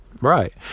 Right